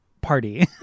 Party